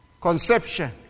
conception